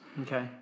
Okay